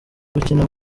gukina